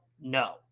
no